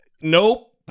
nope